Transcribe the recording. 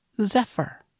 Zephyr